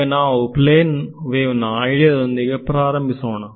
ಈಗ ನಾವು plane wave ನ ಐಡಿಯಾ ದೊಂದಿಗೆ ಪ್ರಾರಂಭಿಸೋಣ